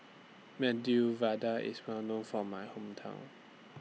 Medu Vada IS Well known For My Hometown